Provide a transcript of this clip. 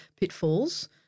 pitfalls